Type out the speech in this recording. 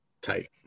tight